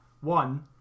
One